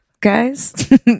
guys